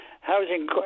housing